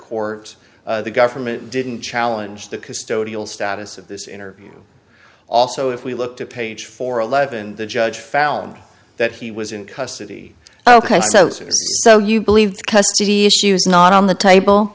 court the government didn't challenge the custodial status of this interview also if we looked at page four eleven the judge found that he was in custody ok so so you believe the custody issues not on the table